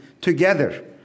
together